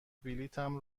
بلیطم